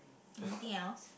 anything else